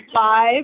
five